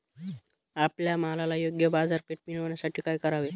आपल्या मालाला योग्य बाजारपेठ मिळण्यासाठी काय करावे?